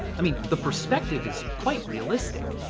i mean, the perspective is quite realistic.